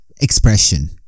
expression